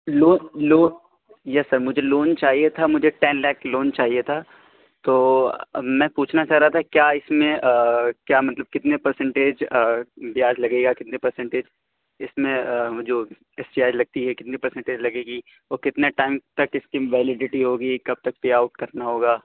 loan loan yes sir مجھے loan چاہیے تھا مجھے ٹین لاک لون چاہیے تھا تو میں پوچھنا چاہ رہا تھا کیا اِس میں کیا مطلب کتنے پرسنٹیج بیاض لگے گا کتنے پرسنٹیج اِس میں جو چارج لگتی ہے کتنے پرسنٹیج لگے گی اور کتنے ٹائم تک اِس کی ویلڈٹی ہوگی کب تک پے آؤٹ کرنا ہوگا